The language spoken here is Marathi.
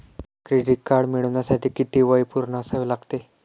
क्रेडिट कार्ड मिळवण्यासाठी किती वय पूर्ण असावे लागते?